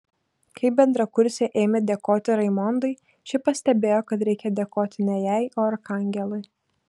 kai bendrakursė ėmė dėkoti raimondai ši pastebėjo kad reikia dėkoti ne jai o arkangelui